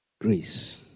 Grace